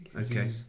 Okay